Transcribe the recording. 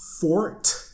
Fort